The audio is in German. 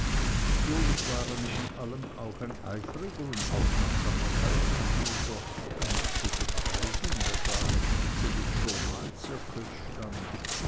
natürlich war er neben allem andern auch ein eifriger und aufmerksamer zeitungsleser ganz zu schweigen daß er an der spitze des journalzirkels stand